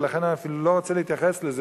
ולכן אני אפילו לא רוצה להתייחס לזה,